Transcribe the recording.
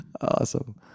Awesome